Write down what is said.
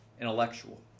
intellectual